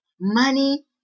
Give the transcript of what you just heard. Money